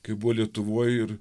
kai buvo lietuvoj ir